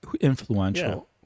influential